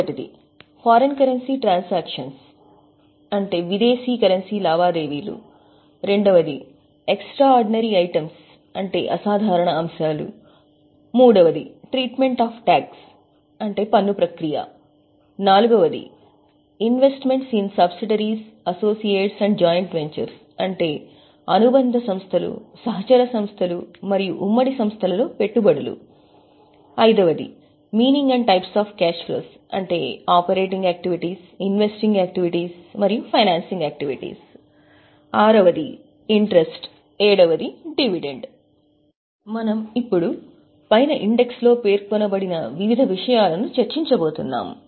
• foreign currency transactions విదేశీ కరెన్సీ లావాదేవీలు • ఎక్స్ట్రా ఆర్డినరీ ఐటమ్స్ అసాధారణ అంశాలు • ట్రీట్మెంట్ ఆఫ్ టాక్స్ పన్ను ప్రక్రియ • investments in subsidiaries associates and joint ventures అనుబంధ సంస్థలు సహచర సంస్థలు మరియు ఉమ్మడి సంస్థలలో పెట్టుబడులు • meaning and types of cash flow operating activities investing activities financing activities • interest • dividend మరియు మనము పైన ఇండెక్స్ లో పేర్కొనబడిన వివిధ విషయాలను చర్చించబోతున్నాము